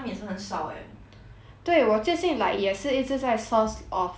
对我最近 like 也是一直在 source of source any part time job